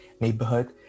neighborhood